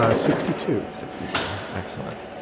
ah sixty two. sixty two. excellent.